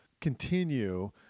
continue